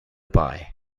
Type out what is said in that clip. buy